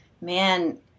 man